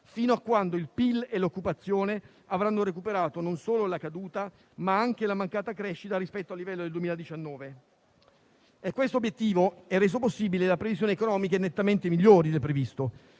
fino a quando il PIL e l'occupazione avranno recuperato non solo la caduta, ma anche la mancata crescita rispetto al livello del 2019. Quest'obiettivo è reso possibile da previsioni economiche nettamente migliori del previsto.